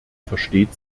versteht